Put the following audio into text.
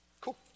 Cool